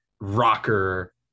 rocker